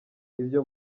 ibyo